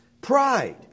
pride